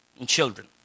Children